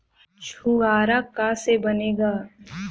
छुआरा का से बनेगा?